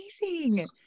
amazing